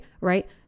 right